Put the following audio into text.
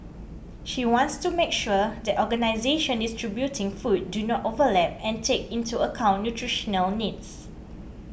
she wants to make sure that organisations distributing food do not overlap and take into account nutritional needs